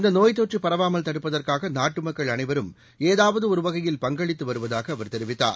இந்த நோய் தொற்று பரவாமால் தடுப்பதற்காக நாட்டு மக்கள் அனைவரும் ஏதாவது ஒருவகையில் பங்களித்து வருவதாக அவர் தெரிவித்தார்